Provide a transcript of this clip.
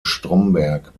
stromberg